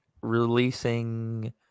releasing